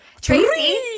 Tracy